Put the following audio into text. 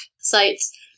sites